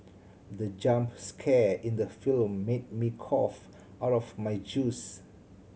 the jump scare in the film made me cough out my juice